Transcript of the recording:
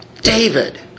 David